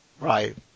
Right